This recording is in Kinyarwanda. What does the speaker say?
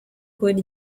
kubona